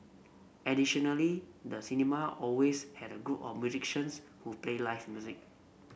additionally the cinema always had a group of musicians who played live music